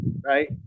right